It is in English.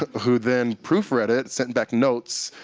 ah who then proofread it, sent back notes,